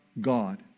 God